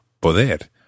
poder